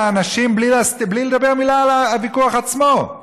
האנשים בלי לדבר מילה על הוויכוח עצמו.